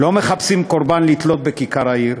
לא מחפשים קורבן לתלות בכיכר העיר,